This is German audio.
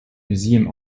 museum